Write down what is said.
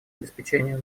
обеспечению